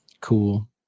Cool